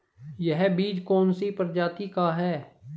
यह बीज कौन सी प्रजाति का है?